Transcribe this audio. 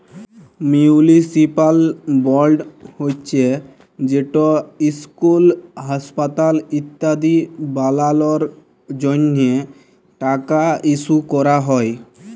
municipal board হছে যেট school, হাঁসপাতাল ইত্যাদি বালালর জ্যনহে টাকা ইস্যু ক্যরা হ্যয়